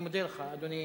אני מודה לך, אדוני